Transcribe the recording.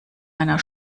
einer